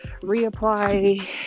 reapply